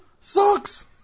Sucks